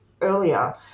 earlier